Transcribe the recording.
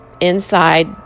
inside